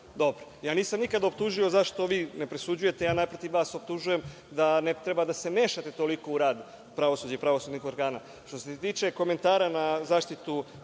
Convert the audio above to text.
Dobro, nikada nisam optužio zašto vi ne presuđujete, ja naprotiv vas optužujem da ne treba da se mešate toliko u rad pravosuđa i pravosudnih organa. Što se tiče komentara na zaštitu